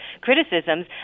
criticisms